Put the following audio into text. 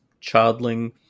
Childling